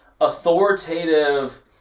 authoritative